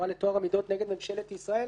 התנועה לטוהר המידות נגד ממשלת ישראל,